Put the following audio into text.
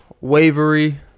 wavery